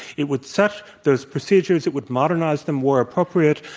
it would set those procedures. it would modernize them more appropriate,